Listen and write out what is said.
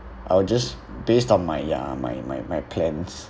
I will just based on my ya my my my plans